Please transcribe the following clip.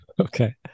okay